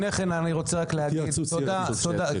אנחנו מבקשים התייעצות סיעתית.